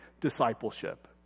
discipleship